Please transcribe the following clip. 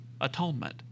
atonement